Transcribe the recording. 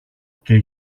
και